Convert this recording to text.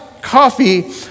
coffee